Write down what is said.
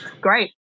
great